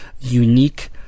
unique